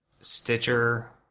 Stitcher